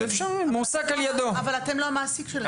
אבל אתם לא המעסיק שלהם.